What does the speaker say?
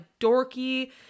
dorky